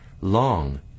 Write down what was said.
long